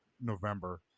november